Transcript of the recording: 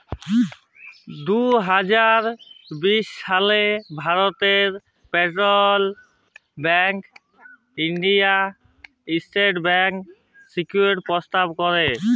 দু হাজার বিশ সালে ভারতে সেলট্রাল ব্যাংক ইয়েস ব্যাংকের সিকিউরিটি গ্রস্ত ক্যরে